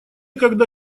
когда